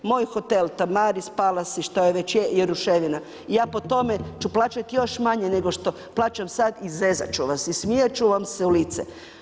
Moj hotel Tamaris, Palace i šta već je je ruševina i ja po tome ću plaćati još manje nego što plaćam sad i zezati ću vas i smijati ću vam se u lice.